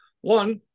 One